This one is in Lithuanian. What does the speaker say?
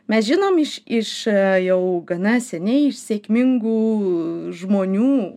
mes žinom iš iš jau gana seniai iš sėkmingų žmonių